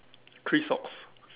three socks